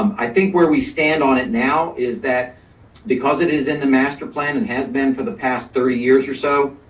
um i think, where we stand on it now, is that because it is in the master plan and has been for the past three years or so.